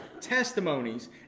testimonies